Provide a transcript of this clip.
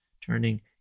turning